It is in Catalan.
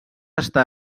estar